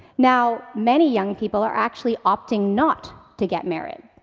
now, many young people are actually opting not to get married.